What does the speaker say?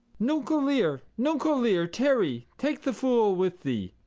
nuncle lear, nuncle lear, tarry take the fool with thee